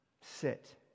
sit